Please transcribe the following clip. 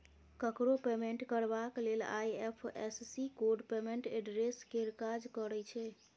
ककरो पेमेंट करबाक लेल आइ.एफ.एस.सी कोड पेमेंट एड्रेस केर काज करय छै